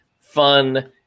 fun